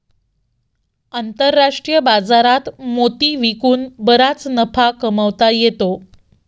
आंतरराष्ट्रीय बाजारात मोती विकून बराच नफा कमावता येतो